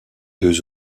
deux